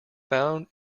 found